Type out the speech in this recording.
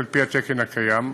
בדיוק על-פי התקן הקיים.